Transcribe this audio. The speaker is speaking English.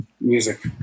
music